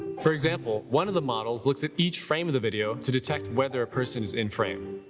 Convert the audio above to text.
for example, one of the models looks at each frame of the video to detect whether a person is in frame.